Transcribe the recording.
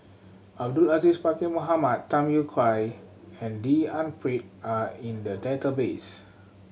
Abdul Aziz Pakkeer Mohamed Tham Yui Kai and D N Pritt are in the database